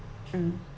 mm